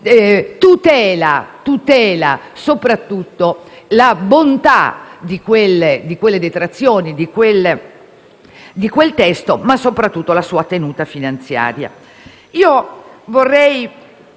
tutela la bontà di quelle detrazioni, di quel testo, ma soprattutto la sua tenuta finanziaria.